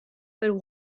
but